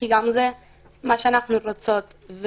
כי זה גם מה שאנחנו רוצות.